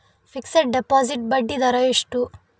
Fixed deposit ಬಡ್ಡಿ ದರ ಎಷ್ಟು?